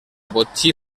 botxí